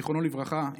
זיכרונו לברכה,